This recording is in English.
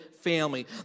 family